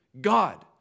God